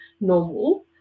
normal